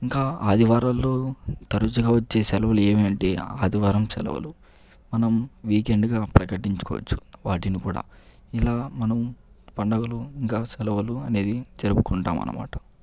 ఇంకా ఆదివారాల్లో తరచుగా వచ్చే సెలవులు ఏమంటే ఆదివారం సెలవులు మనం వీకెండ్ గా ప్రకటించుకోవచ్చు వాటిని కూడా ఇలా మనం పండగలు ఇంకా సెలవులు అనేది జరుపుకుంటాం అనమాట